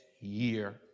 year